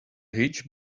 hitch